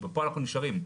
ופה אנחנו נשארים.